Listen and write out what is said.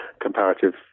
comparative